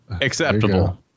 acceptable